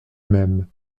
même